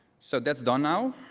so that's done now.